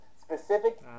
Specific